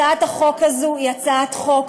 הצעת החוק הזאת היא הצעת חוק